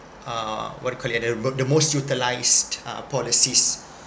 uh what you call it a ro~ the most utilised uh policies